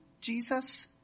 Jesus